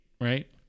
right